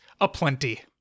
aplenty